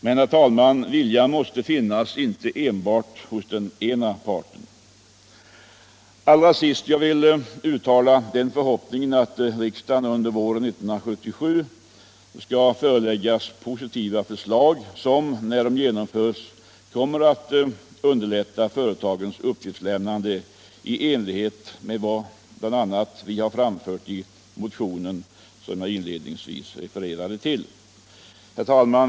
Men, herr talman, viljan måste finnas inte enbart hos den ena parten. Till sist vill jag uttala förhoppningen att riksdagen under våren 1977 skall föreläggas positiva förslag som, när de genomförs, kommer att underlätta företagens uppgiftslämnande i enlighet med vad vi har framfört i den motion som jag inledningsvis refererade till. Herr talman!